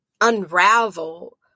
unravel